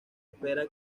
espera